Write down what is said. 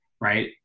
Right